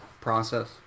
process